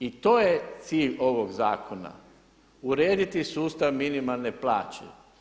I to je cilj ovog zakona, urediti sustav minimalne plaće.